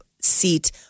seat